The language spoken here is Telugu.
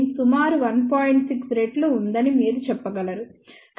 6 రెట్లు ఉందని మీరు చెప్పగలరు